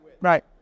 right